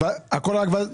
הכול אושר?